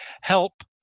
help